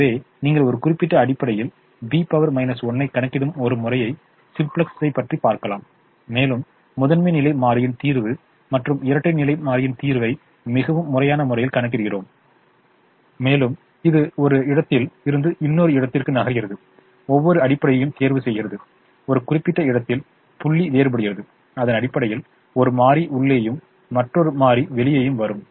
எனவே நீங்கள் ஒரு குறிப்பிட்ட அடிப்படையில் B 1 ஐ கணக்கிடும் ஒரு முறையாக சிம்ப்ளெக்ஸைப் பார்க்கலாம் மேலும் முதன்மை நிலை மாறியின் தீர்வு மற்றும் இரட்டை நிலை மாறியின் தீர்வை மிகவும் முறையான முறையில் கணக்கிடுகிறோம் மேலும் இது ஒரு இடத்தில் இருந்து இன்னொரு இடத்திற்கு நகர்கிறது ஒவ்வொரு அடிப்படையையும் தேர்வு செய்கிறது ஒரு குறிப்பிட்ட இடத்தில புள்ளி வேறுபடுகிறது அதன் அடிப்படையில் ஒரு மாறி உள்ளேயும் மற்றொரு மாறி வெளியேயும் வரும்